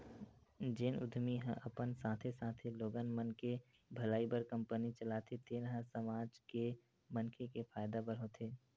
जेन उद्यमी ह अपन साथे साथे लोगन मन के भलई बर कंपनी चलाथे तेन ह समाज के मनखे के फायदा बर होथे